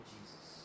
Jesus